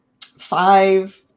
five